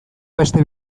beste